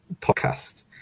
podcast –